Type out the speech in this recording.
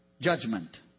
judgment